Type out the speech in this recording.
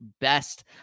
best